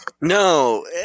No